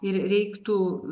ir reiktų